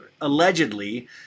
allegedly